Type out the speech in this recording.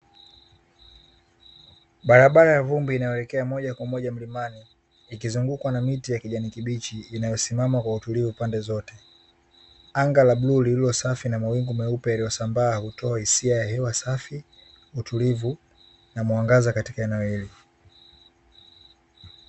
Barabara ya vumbi inayoelekea moja kwa moja mlimani ikizungukwa na miti ya kijani kibichi inayosimama kwa utulivu pande zote. Anga la bluu lililo safi na mawingu meupe yaliyosambaa hutoa hisia ya hewa safi, utulivu na mwangaza katika eneo hili.